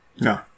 no